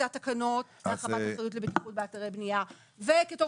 זה התקנות והרחבת אחריות לבטיחות באתרי בנייה ובתור